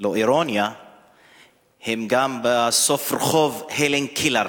הלא אירוניה הם גם בסוף רחוב הלן קלר